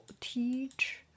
teach